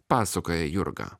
pasakoja jurga